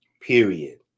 Period